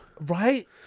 right